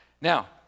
Now